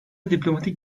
diplomatik